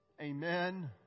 Amen